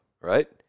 right